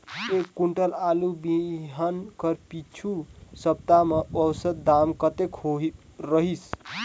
एक कुंटल आलू बिहान कर पिछू सप्ता म औसत दाम कतेक रहिस?